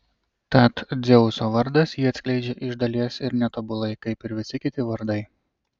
tad dzeuso vardas jį atskleidžia iš dalies ir netobulai kaip ir visi kiti vardai